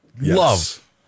Love